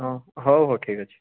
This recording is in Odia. ହଁ ହଉ ହଉ ଠିକ୍ ଅଛି